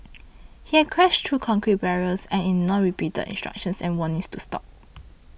he had crashed through concrete barriers and ignored repeated instructions and warnings to stop